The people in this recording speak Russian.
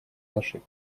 нашей